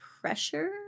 pressure